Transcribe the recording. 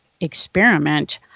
experiment